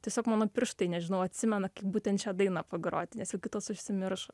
tiesiog mano pirštai nežinau atsimena kaip būtent šią dainą pagrot nes jau kitos užsimiršo